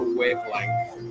wavelength